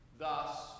Thus